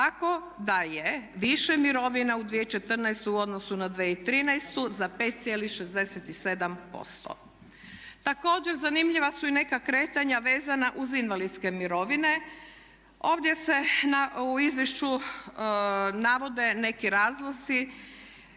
Tako da je više mirovina u 2014. u odnosu na 2013. za 5,67%. Također zanimljiva su i neka kretanja vezana uz invalidske mirovine. Ovdje se u izvješću navode neki razlozi,